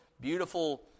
beautiful